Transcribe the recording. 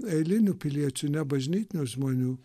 eilinių piliečių nebažnytinių žmonių